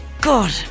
God